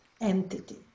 entity